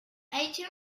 eighteen